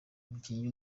umukinnyi